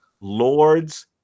Lord's